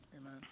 Amen